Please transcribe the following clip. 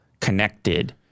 connected